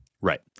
Right